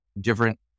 different